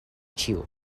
ĉiu